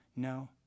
No